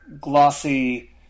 glossy